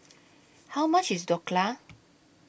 How much IS Dhokla